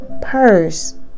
purse